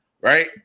right